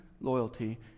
loyalty